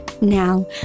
Now